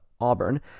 Auburn